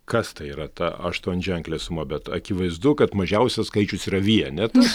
kas tai yra ta aštuonženklė suma bet akivaizdu kad mažiausias skaičius yra vienetas